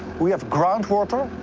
we have groundwater,